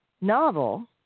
novel